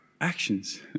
actions